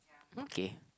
okay